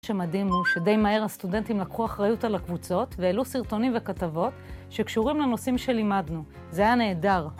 מה שמדהים הוא שדי מהר הסטודנטים לקחו אחריות על הקבוצות ועלו סרטונים וכתבות שקשורים לנושאים שלימדנו. זה היה נהדר.